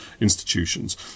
institutions